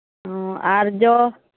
ᱚ ᱟᱨ ᱡᱚ